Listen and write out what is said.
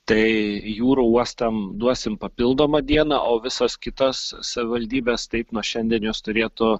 tai jūrų uostam duosim papildomą dieną o visos kitos savivaldybės taip nuo šiandien jos turėtų